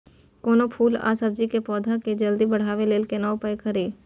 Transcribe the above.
कोनो फूल आ सब्जी के पौधा के जल्दी बढ़ाबै लेल केना उपाय खरी?